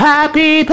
Happy